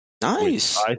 Nice